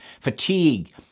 fatigue